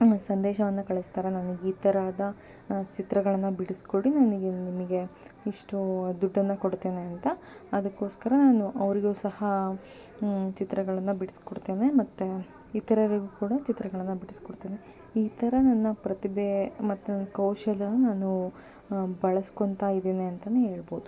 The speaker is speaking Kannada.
ಸಂದೇಶವನ್ನು ಕಳಿಸ್ತಾರೆ ನನಗ್ ಈ ಥರದ ಚಿತ್ರಗಳನ್ನು ಬಿಡಿಸಿಕೊಡಿ ನನಗೆ ನಿಮಗೆ ಇಷ್ಟು ದುಡ್ಡನ್ನು ಕೊಡ್ತೇನೆ ಅಂತ ಅದಕ್ಕೋಸ್ಕರ ನಾನು ಅವರಿಗೂ ಸಹ ಚಿತ್ರಗಳನ್ನು ಬಿಡಿಸಿಕೊಡ್ತೇನೆ ಮತ್ತು ಇತರರಿಗೂ ಕೂಡ ಚಿತ್ರಗಳನ್ನು ಬಿಡಿಸಿಕೊಡ್ತೇನೆ ಈ ಥರ ನನ್ನ ಪ್ರತಿಭೆ ಮತ್ತು ನನ್ನ ಕೌಶಲ್ಯವನ್ನು ನಾನು ಬಳಸ್ಕೋತಾ ಇದ್ದೇನೆ ಅಂತ ಹೇಳ್ಬೋದು